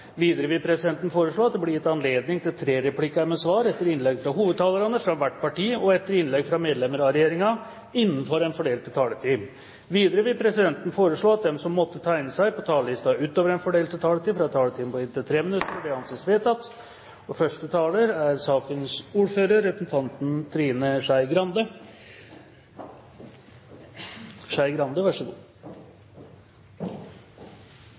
Videre vil presidenten foreslå at det blir gitt anledning til tre replikker med svar etter innlegg fra hovedtalerne fra hvert parti og etter innlegg fra medlem av regjeringen innenfor den fordelte taletiden. Videre vil presidenten foreslå at de som måtte tegne seg på talerlisten utover den fordelte taletiden, får en taletid på inntil 3 minutter. – Det anses vedtatt. Jeg takker statsråden for den beklagelsen hun kom med. Venstre er heller ikke en så